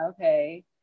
Okay